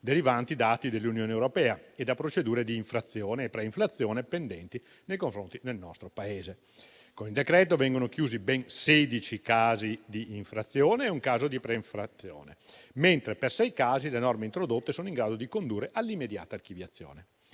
derivanti da atti dell'Unione europea e da procedure di infrazione e pre-infrazione pendenti nei confronti del nostro Paese. Con il decreto vengono chiusi ben 16 casi di infrazione e un caso di pre-infrazione, mentre per sei casi le norme introdotte sono in grado di condurre all'immediata archiviazione.